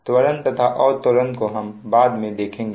त्वरण तथा अवत्वरण को हम बाद में देखेंगे